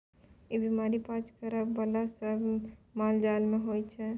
ई बीमारी पाज करइ बला सब मालजाल मे होइ छै